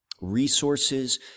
resources